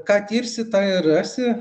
ką tirsi tą ir rasi